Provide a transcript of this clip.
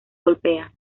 golpea